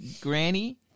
granny